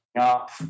up